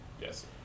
Yes